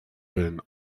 been